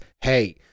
Hey